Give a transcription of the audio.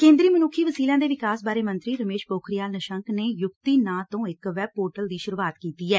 ਕੇ ਂਦਰੀ ਮਨੁੱਖੀ ਵਸੀਲਿਆਂ ਦੇ ਵਿਕਾਸ ਬਾਰੇ ਮੰਤਰੀ ਰਮੇਸ਼ ਪੋਖਰਿਆਲ ਨਿਸ਼ੰਕ ਨੇ ਯੁਕਤੀ ਨਾਂ ਤੋਂ ਇਕ ਵੈਬ ਪੋਰਟਲ ਦੀ ਸ਼ੁਰੁਆਤ ਕੀਤੀ ਐ